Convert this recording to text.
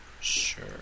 Sure